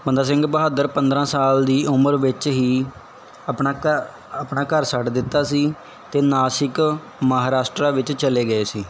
ਬੰਦਾ ਸਿੰਘ ਬਹਾਦਰ ਪੰਦਰ੍ਹਾਂ ਸਾਲ ਦੀ ਉਮਰ ਵਿੱਚ ਹੀ ਆਪਣਾ ਘ ਆਪਣਾ ਘਰ ਛੱਡ ਦਿੱਤਾ ਸੀ ਅਤੇ ਨਾਸਿਕ ਮਹਾਰਾਸ਼ਟਰਾ ਵਿੱਚ ਚਲੇ ਗਏ ਸੀ